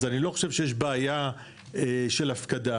אז אני לא חושב שיש בעיה של הפקדה,